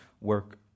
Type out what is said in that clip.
work